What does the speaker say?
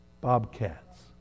Bobcats